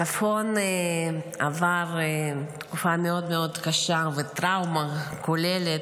הצפון עבר תקופה מאוד מאוד קשה וטראומה כוללת.